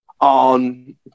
on